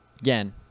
again